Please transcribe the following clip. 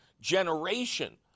generation